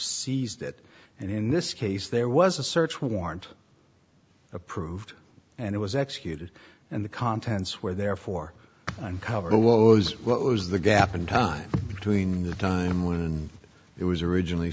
it and in this case there was a search warrant approved and it was executed and the contents were therefore uncovered a loews what was the gap in time between the time when it was originally